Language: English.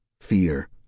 Fear